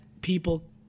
people